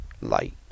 light